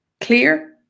clear